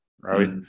Right